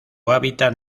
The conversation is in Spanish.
hábitat